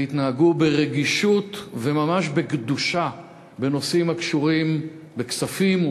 ויתנהגו ברגישות וממש בקדושה בנושאים הקשורים בכספים,